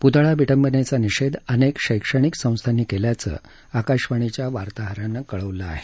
पुतळा विटंबनेचा निषेध अनेक शैक्षणिक संस्थांनी केल्याचं आकाशवाणीच्या वार्ताहरानं कळवलं आहे